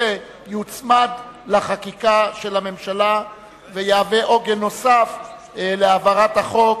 יוצמד לחקיקה של הממשלה ויהווה עוגן נוסף להעברת החוק,